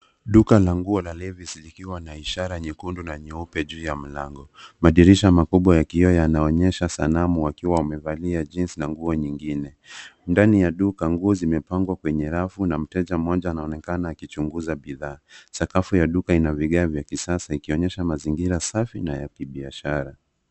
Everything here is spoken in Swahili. Duka la nguo la LEVI'S likiwa na ishara nyeupe na nyekundu juu ya mlango. Madirisha makubwa ya kioo yanaonyesha sanamu wakiwa amevalia jeans na nguo nyingine. Ndani ya duka nguo zimepangwa kwenye rafu na mteja mmoja anaonekana akichuguza bidhaa. Sakafu ya duka ina vigae vya kisasa ikionyesha mazingira safi na ya kibiashara.